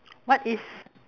what is